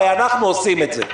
הרי אנחנו עושים את זה,